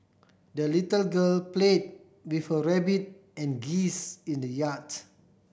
the little girl play with her rabbit and geese in the yard